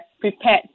prepared